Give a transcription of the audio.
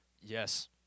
Yes